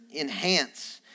enhance